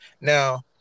Now